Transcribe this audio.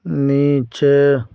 نیچے